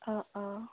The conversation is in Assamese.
অঁ অঁ